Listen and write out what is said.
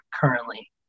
currently